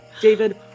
david